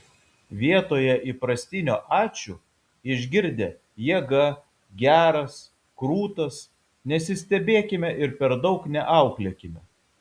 vietoje įprastinio ačiū išgirdę jėga geras krūtas nesistebėkime ir per daug neauklėkime